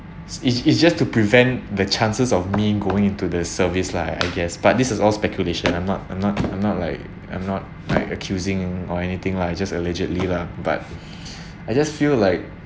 it's it's just to prevent the chances of me going into the service lah I guess but this is all speculation I'm not I'm not I'm not like I'm not like accusing or anything lah just allegedly lah but I just feel like